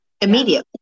immediately